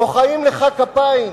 מוחאים לך כפיים.